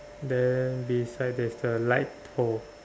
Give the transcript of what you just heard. then beside there's the light pole